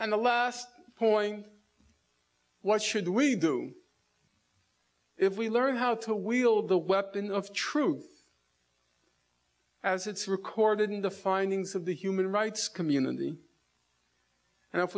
and the last point what should we do if we learn how to wield the weapon of truth as it's recorded in the findings of the human rights community and if